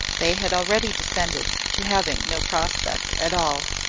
they had already descended to having no prospect at all.